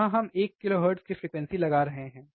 यहाँ हम एक किलोहर्ट्ज़ की फ्रीक्वेंसी लगा रहे हैं